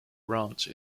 ranch